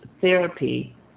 therapy